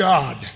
God